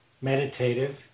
meditative